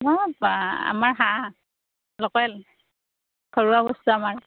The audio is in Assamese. বাঃ বাঃ আমাৰ হাঁহ লোকেল ঘৰুৱা বস্তু আমাৰ